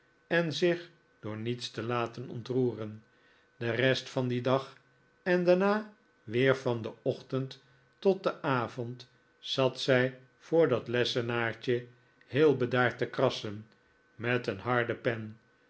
en zich door niets te laten ontroeren de rest van dien dag en daarna weer van den ochtend tot den avond zat zij voor dat lessenaartje heel bedaard te krassen met een harde pen